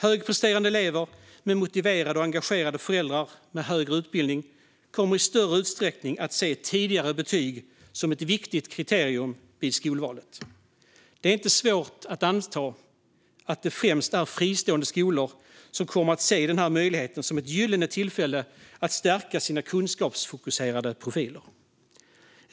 Högpresterande elever med motiverade och engagerade föräldrar med högre utbildning kommer i större utsträckning att se tidigare betyg som ett viktigt kriterium vid skolvalet. Det är inte svårt att anta att det främst är fristående skolor som kommer att se den här möjligheten som ett gyllene tillfälle att stärka sina kunskapsfokuserade profiler.